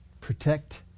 Protect